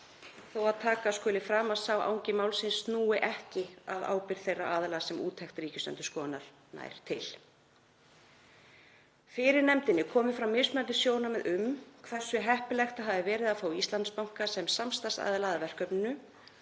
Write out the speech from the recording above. framkvæmd sölunnar þó að sá angi málsins snúi ekki að ábyrgð þeirra aðila sem úttekt Ríkisendurskoðunar nær til. Fyrir nefndinni komu fram mismunandi sjónarmið um hversu heppilegt það hafi verið að fá Íslandsbanka sem samstarfsaðila að verkefninu